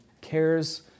cares